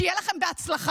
שיהיה לכם בהצלחה.